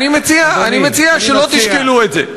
אדוני, אני מציע, אני מציע שלא תשקלו את זה.